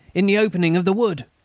in the opening of the wood.